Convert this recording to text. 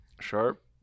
Sharp